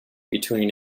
between